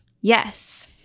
Yes